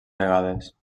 vegades